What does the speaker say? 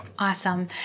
Awesome